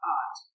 art